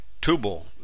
Tubal